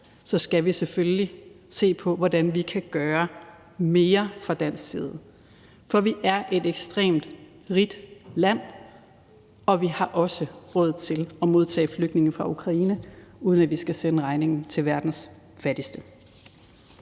Så skal vi selvfølgelig se på, hvordan vi kan gøre mere fra dansk side. For vi er et ekstremt rigt land, og vi har også råd til at modtage flygtninge fra Ukraine, uden at vi skal sende regningen til verdens fattigste.